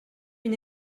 une